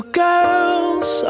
girls